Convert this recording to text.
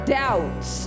doubts